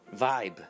Vibe